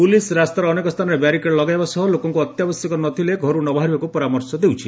police ରାସ୍ତାର ଅନେକ ସ୍ଚାନରେ ବ୍ୟାରିକେଡ୍ ଲଗାଇବା ସହ ଲୋକଙ୍କୁ ଅତ୍ୟାବଶ୍ୟକ ନ ଥିଲେ ଘରୁ ନ ବାହାରିବାକୁ ପରାମର୍ଶ ଦେଉଛି